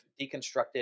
deconstructed